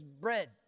bread